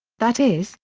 that is,